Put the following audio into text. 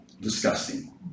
disgusting